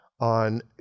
on